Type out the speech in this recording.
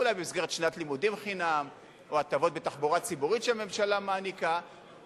אולי במסגרת שנת לימודים חינם או הטבות בתחבורה ציבורית שהממשלה מעניקה,